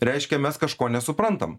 reiškia mes kažko nesuprantam